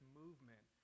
movement